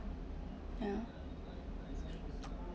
ya